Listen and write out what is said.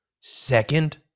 Second